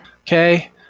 Okay